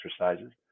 exercises